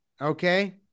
okay